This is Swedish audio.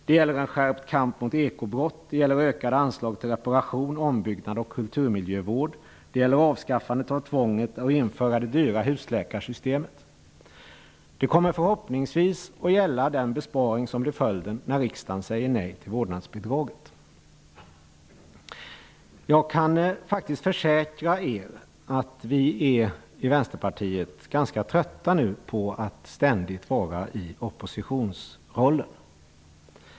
Det gäller en skärpt kamp mot ekobrott. Det gäller ökade anslag till reparation, ombyggnad och kulturmiljövård. Det gäller avskaffandet av tvånget att införa det dyra husläkarsystemet. Det kommer förhoppningsvis att gälla den besparing som blir följden när riksdagen säger nej till vårdnadsbidraget. Jag kan faktiskt försäkra er att vi i Vänsterpartiet är ganska trötta på att ständigt befinna oss i oppositionsrollen.